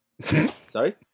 Sorry